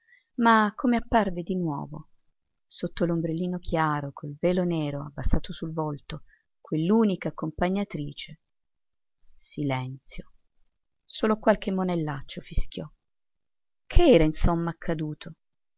ma come apparve di nuovo sotto l'ombrellino chiaro col velo nero abbassato sul volto quell'unica accompagnatrice silenzio solo qualche monellaccio fischiò che era insomma accaduto